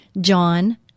John